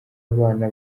abana